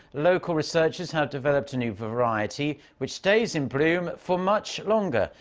local researchers have developed a new variety which stays in bloom for much longer.